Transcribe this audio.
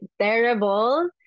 terrible